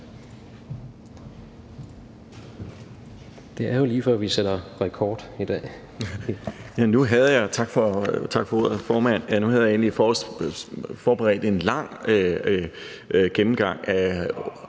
Det er jo lige før, vi sætter rekord i dag.